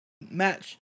match